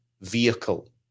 vehicle